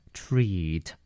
treat